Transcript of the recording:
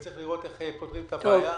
וצריך לראות איך פותרים את הבעיה.